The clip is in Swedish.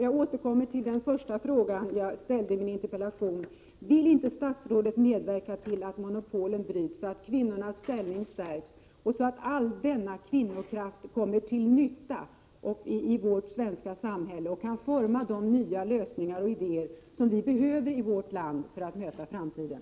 Jag återkommer till den första frågan i min interpellation: Vill inte statsrådet medverka till att monopolen bryts, så att kvinnornas ställning stärks och så att all denna kvinnokraft kommer till nytta i vårt svenska samhälle och kan forma de nya lösningar och idéer som vi behöver i vårt land för att klara framtiden?